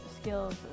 skills